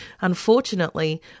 Unfortunately